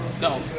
No